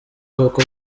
koko